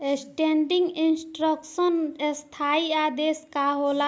Standing instruction स्थाई आदेश का होला?